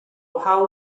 how